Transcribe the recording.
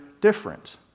different